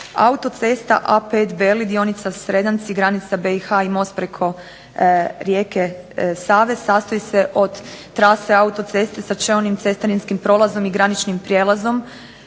Autocesta A5 Beli dionica Sredanci granica BiH i most preko rijeke Save sastoji se od trase autoceste sa čeonim cestarinskim prolazom i graničnim prijelazom